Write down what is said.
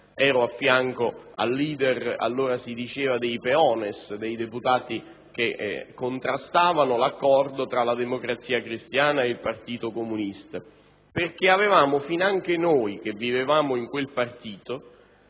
ero a fianco al leader dei cosiddetti peones, quei deputati che allora contrastavano l'accordo tra la Democrazia cristiana e il Partito comunista, perché avevamo finanche noi che vivevamo in quel partito